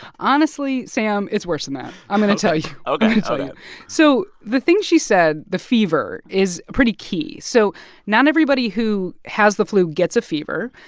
honestly, sam, it's worse than that. i'm going to tell you ok, ok so yeah so the things she said the fever is pretty key. so not everybody who has the flu gets a fever.